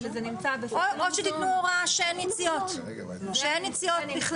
או שתיתנו הוראה שאין יציאות בכלל.